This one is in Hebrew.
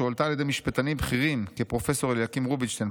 שהועלתה על ידי משפטנים בכירים כפרופ' אליקים רובינשטיין,